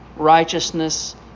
righteousness